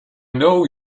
know